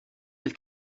fydd